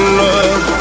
love